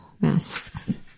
masks